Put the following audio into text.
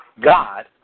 God